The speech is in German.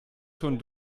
schon